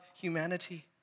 humanity